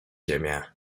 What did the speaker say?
ziemię